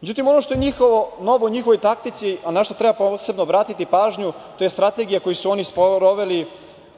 Međutim, ono što je novo u njihovoj taktici, a na šta treba posebno obratiti pažnju to je strategija koju su oni sproveli